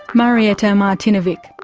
marietta martinovic.